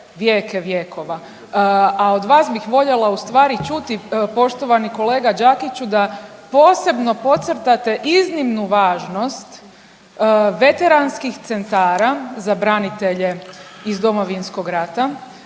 vijeke vjekova. A od vas bih voljela ustvari čuti poštovani kolega Đakiću da posebno podcrtate iznimnu važnost veteranskih centara za branitelje iz Domovinskog rata